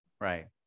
Right